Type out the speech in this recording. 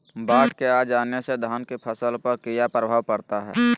बाढ़ के आ जाने से धान की फसल पर किया प्रभाव पड़ता है?